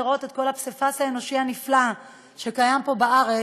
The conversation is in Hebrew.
לראות את כל הפסיפס האנושי הנפלא שקיים פה בארץ,